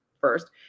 first